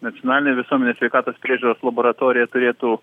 nacionalinė visuomenės sveikatos priežiūros laboratorija turėtų